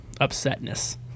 upsetness